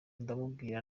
ndamubwira